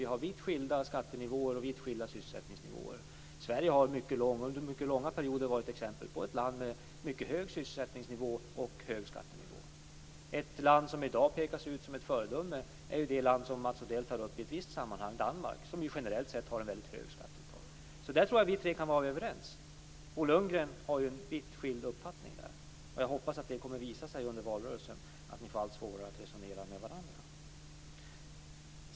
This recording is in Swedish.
Vi har vitt skilda skatte och sysselsättningsnivåer. Sverige har under långa perioder varit exempel på ett land med hög sysselsättningsnivå och hög skattenivå. Ett land som i dag pekas ut som ett föredöme är det land som Mats Odell tar upp i ett visst sammanhang, nämligen Danmark, som generellt sett har ett högt skatteuttag. Jag tror att vi tre kan vara överens. Bo Lundgren har vitt skild uppfattning. Jag hoppas att det kommer att visa sig under valrörelsen att ni får allt svårare att resonera med varandra.